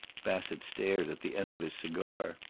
bassett stared at the end of his cigar.